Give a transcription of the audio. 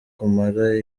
kumara